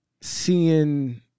Seeing